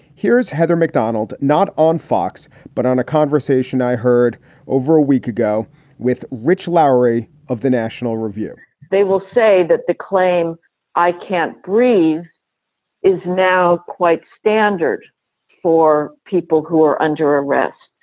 here's heather mcdonald, not on fox, but on a conversation i heard over a week ago with rich lowry of the national review they will say that the claim i can't breathe is now quite standard for people who are under arrest.